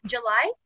July